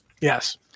Yes